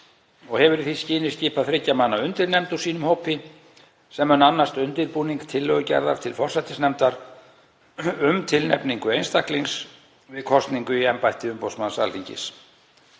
og hefur í því skyni skipað þriggja manna undirnefnd úr sínum hópi sem mun annast undirbúning tillögugerðar til forsætisnefndar um tilnefningu einstaklings við kosningu í embætti umboðsmanns Alþingis.